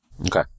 Okay